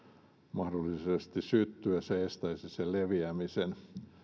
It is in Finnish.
mahdollisesti syttyessä estäisi sen leviämisen